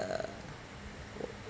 uh